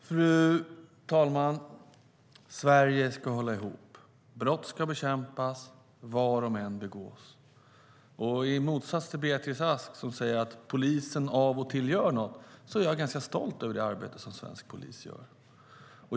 Fru talman! Sverige ska hålla ihop. Brott ska bekämpas var de än begås. I motsats till Beatrice Ask, som säger att polisen av och till gör något, är jag ganska stolt över det arbete som svensk polis gör.